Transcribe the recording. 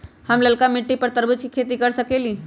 हम लालका मिट्टी पर तरबूज के खेती कर सकीले?